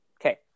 Okay